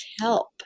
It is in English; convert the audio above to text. help